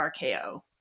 RKO